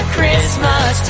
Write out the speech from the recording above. Christmas